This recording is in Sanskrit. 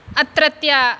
अत्रत्य